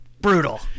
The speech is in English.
brutal